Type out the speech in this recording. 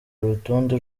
urutonde